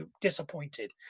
disappointed